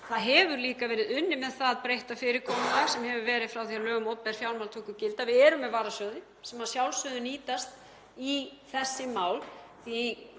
Það hefur líka verið unnið með það breytta fyrirkomulag, sem hefur verið frá því að lög um opinber fjármál tóku gildi, að við erum með varasjóði sem að sjálfsögðu nýtast í þessi mál því